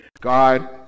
God